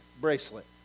Bracelet